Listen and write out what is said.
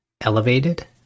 elevated